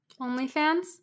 OnlyFans